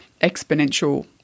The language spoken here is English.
exponential